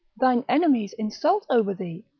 thine enemies insult over thee,